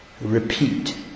repeat